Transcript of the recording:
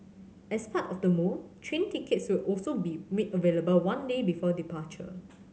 as part of the move train tickets will also be made available one day before departure